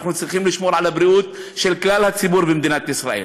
אנחנו צריכים לשמור על הבריאות של כלל הציבור במדינת ישראל.